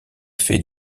fait